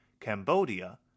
Cambodia